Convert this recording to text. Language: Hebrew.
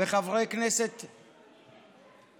וחברי כנסת נוספים.